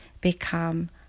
become